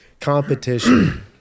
competition